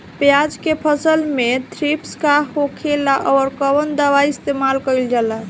प्याज के फसल में थ्रिप्स का होखेला और कउन दवाई इस्तेमाल कईल जाला?